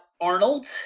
Arnold